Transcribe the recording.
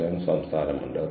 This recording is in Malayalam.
ഞാൻ അവധിക്ക് പുറത്തായിരുന്നു